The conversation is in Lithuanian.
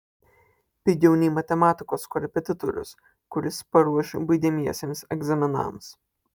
pigiau nei matematikos korepetitorius kuris paruoš baigiamiesiems egzaminams